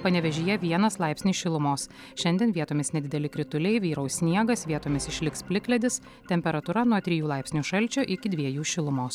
panevėžyje vienas laipsnis šilumos šiandien vietomis nedideli krituliai vyraus sniegas vietomis išliks plikledis temperatūra nuo trijų laipsnių šalčio iki dviejų šilumos